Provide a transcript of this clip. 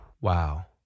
Wow